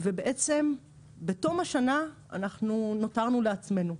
ובעצם בתום השנה אנחנו נותרנו לעצמנו.